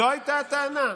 זו הייתה הטענה,